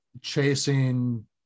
chasing